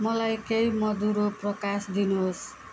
मलाई केही मधुरो प्रकाश दिनुहोस्